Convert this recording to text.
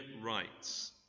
rights